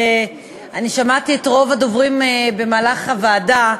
אני שמעתי את רוב הדוברים במהלך הוועדה,